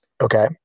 okay